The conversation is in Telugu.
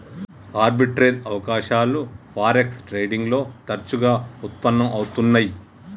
ఆర్బిట్రేజ్ అవకాశాలు ఫారెక్స్ ట్రేడింగ్ లో తరచుగా వుత్పన్నం అవుతున్నై